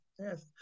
Yes